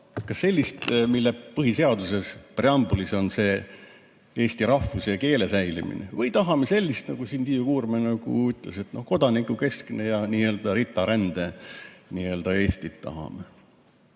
Kas sellist, mille põhiseaduse preambulis on see eesti rahvuse ja keele säilimine, või tahame sellist, nagu siin Tiiu Kuurme ütles, et kodanikukeskne ja n-ö RITA-rände Eesti. Ja see